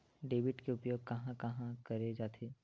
Debit के उपयोग कहां कहा करे जाथे?